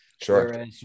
Sure